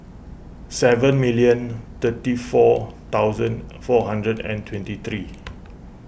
seven million thirty four thousand four hundred and twenty three